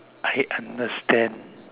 I understand